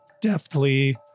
deftly